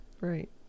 Right